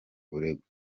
uregwa